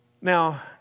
Now